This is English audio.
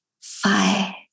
five